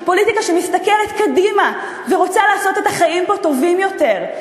פוליטיקה שמסתכלת קדימה ורוצה לעשות את החיים פה טובים יותר,